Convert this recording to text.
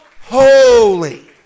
holy